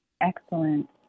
Excellent